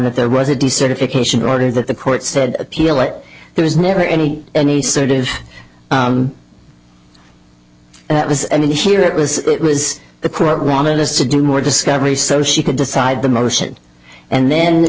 that there was a decertification order that the court said appeal that there was never any any sort of that was and here it was it was the court wanted us to do more discovery so she could decide the motion and then